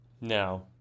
Now